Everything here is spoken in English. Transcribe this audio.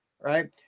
right